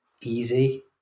easy